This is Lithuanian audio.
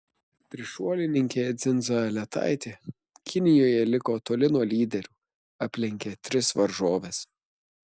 trišuolininkė dzindzaletaitė kinijoje liko toli nuo lyderių aplenkė tris varžoves